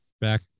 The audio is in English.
back